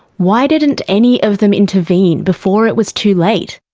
why didn't any of them intervene before it was too late?